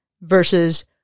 versus